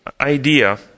idea